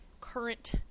current